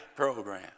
Program